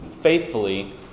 faithfully